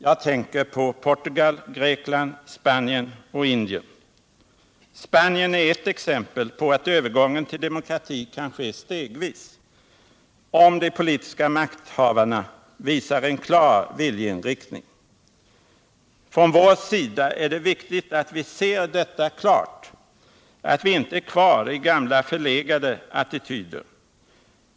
Jag tänker på Portugal, Grekland, Spanien och Indien. Spanien är ett exempel på att övergången till demokrati kan ske stegvis, om de politiska makthavarna visar en klar viljeinriktning. Från vår sida är det viktigt att vi ser detta klart, att vi inte är kvar i gamla förlegade attityder.